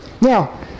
Now